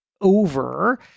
over